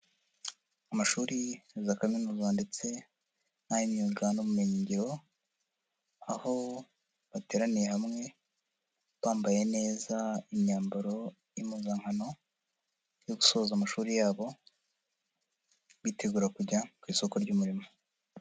Amashuri na za kaminuza ndetse n'ay'imyuga n'ubumenyingiro, aho bateraniye hamwe bambaye neza imyambaro y'impuzankano yo gusoza amashuri yabo bitegura kujya ku isoko ry'umurimo.